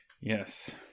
Yes